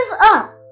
up